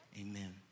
Amen